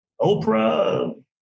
Oprah